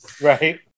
right